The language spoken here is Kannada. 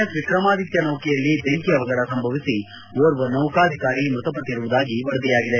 ಎಸ್ ವಿಕ್ರಮಾದಿತ್ಯ ನೌಕೆಯಲ್ಲಿ ಬೆಂಕಿ ಅವಗಢ ಸಂಭವಿಸಿ ಓರ್ವ ನೌಕಾ ಅಧಿಕಾರಿ ಮೃತಪಟ್ಟಿರುವುದಾಗಿ ವರದಿಯಾಗಿದೆ